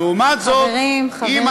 חברים, חברים.